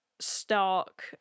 stark